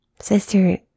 Sister